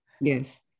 Yes